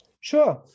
Sure